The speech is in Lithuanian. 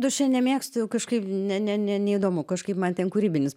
duše nemėgstu jau kažkaip ne ne ne neįdomu kažkaip man ten kūrybinis